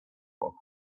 box